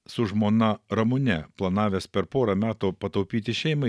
su žmona ramune planavęs per pora metų pataupyti šeimai